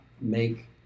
Make